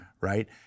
right